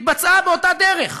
התבצעה באותה דרך,